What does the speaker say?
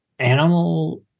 animal